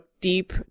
deep